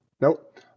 Nope